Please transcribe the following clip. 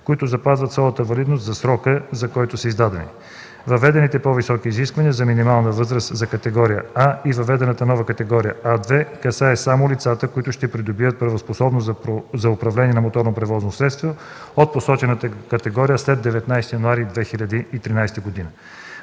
които запазват цялата валидност за срока, за който са издадени. Въведените по-високи изисквания за минимална възраст за категория „А” и въведената нова категория „А2” касаят само лицата, които ще придобият правоспособност за управление на моторно превозно средство от посочената категория след 19 януари 2013 г.